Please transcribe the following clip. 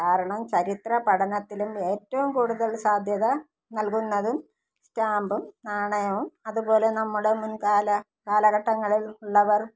കാരണം ചരിത്രപഠനത്തിലും ഏറ്റവും കൂടുതൽ സാധ്യത നൽകുന്നതും സ്റ്റാമ്പും നാണയവും അതുപോലെ നമ്മുടെ മുൻകാല കാലഘട്ടങ്ങളിലുള്ളവർ